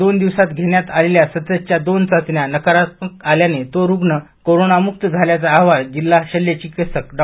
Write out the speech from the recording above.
गेल्या दोन दिवसात घेण्यात आलेल्या सततच्या दोन चाचण्या नकारात्मक आल्याने तो रुग्ण कोरोना मुक्त झाल्याचा अहवाल जिल्हा शल्यचिकित्सक डॉ